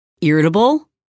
irritable